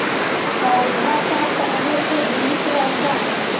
पौधा का पाने से जीवित रहता है?